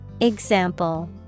Example